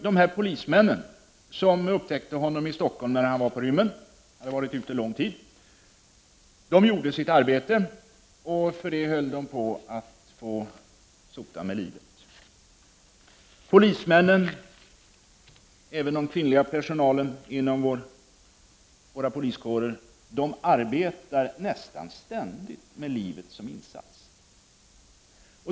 De polismän som upptäckte Ioan Ursut i Stockholm när han var på rymmen — han hade varit ute en lång tid — gjorde sitt arbete. För det höll de på att få sota med livet. Polismännen, och även den kvinnliga personalen inom våra poliskårer, arbetar nästan ständigt med livet som insats.